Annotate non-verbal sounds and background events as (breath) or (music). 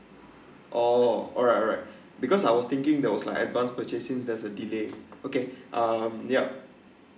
oh alright alright because I was thinking that was like advance purchasing there's a delayed okay (breath) um yup